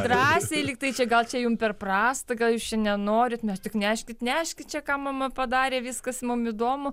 drąsiai lyg tai čia gal čia jum per prasta gal jūs čia nenorit mes tik neškit neškit čia ką mama padarė viskas mum įdomu